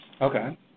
Okay